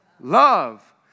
love